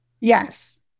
Yes